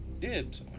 dibs